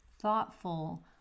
thoughtful